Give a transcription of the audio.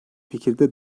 fikirde